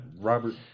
Robert